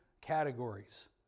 categories